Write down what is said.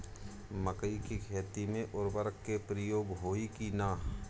मकई के खेती में उर्वरक के प्रयोग होई की ना?